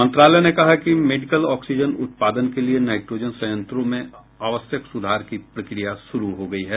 मंत्रालय ने कहा कि मेडिकल ऑक्सीजन उत्पादन के लिए नाइट्रोजन संयंत्रों में आवश्यक सुधार की प्रक्रिया शुरू हो गई है